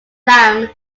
lamb